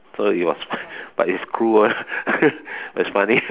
so it was but it's cruel but it's funny